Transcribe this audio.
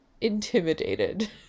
intimidated